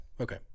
Okay